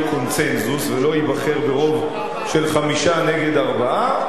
קונסנזוס לא ייבחר ברוב של חמישה נגד ארבעה.